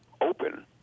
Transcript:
open